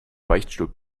beichtstuhl